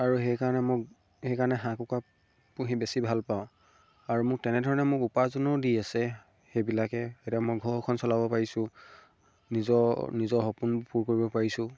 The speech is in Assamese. আৰু সেইকাৰণে মোক সেইকাৰণে হাঁহ কুকুৰা পুহি বেছি ভাল পাওঁ আৰু মোক তেনেধৰণে মোক উপাৰ্জনো দি আছে সেইবিলাকে এতিয়া মই ঘৰখন চলাব পাৰিছোঁ নিজৰ নিজৰ সপোন পূৰ কৰিব পাৰিছোঁ